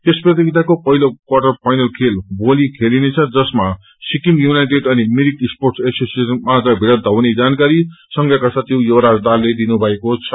यस प्रतियोगिताको पहिलो quarter final भोली खेलिनेछ जसमा सिहिम युनाईटेड़ अनि मिरिक स्पोअस एसोसिएशन माझ भिड़न्त हुने जानकारी संघका सचिव युवराज दाहलले दिनुभएको छ